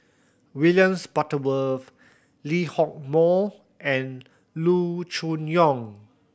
William Butterworth Lee Hock Moh and Loo Choon Yong